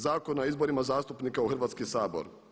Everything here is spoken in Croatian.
Zakona o izborima zastupnika u Hrvatski sabor.